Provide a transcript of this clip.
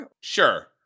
Sure